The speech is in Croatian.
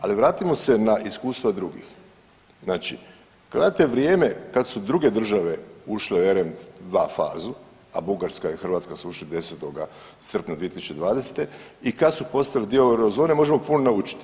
Ali vratimo se na iskustvo drugih, znači gledajte vrijeme kad su druge države ušle u RM2 fazu, a Bugarska i Hrvatska su ušli 10. srpnja 2020. i kada su postali dio eurozone možemo puno naučiti.